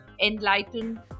enlighten